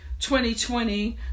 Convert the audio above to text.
2020